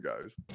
guys